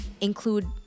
include